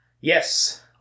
Yes